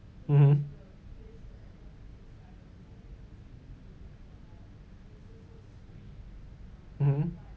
mmhmm mmhmm